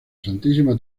santísima